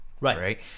right